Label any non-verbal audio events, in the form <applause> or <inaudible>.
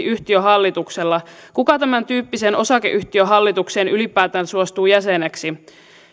<unintelligible> yhtiön hallituksella kuka tämäntyyppiseen osakeyhtiön hallitukseen ylipäätään suostuu jäseneksi